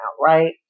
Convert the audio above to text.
right